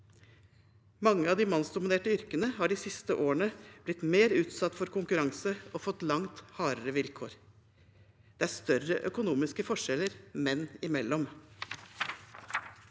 Mange av de mannsdominerte yrkene har de siste årene blitt mer utsatt for konkurranse og fått langt hardere vilkår. Det er større økonomiske forskjeller menn imellom.